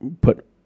put